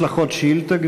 יש לך עוד שאילתה,